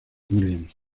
williams